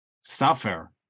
suffer